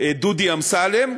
דודי אמסלם.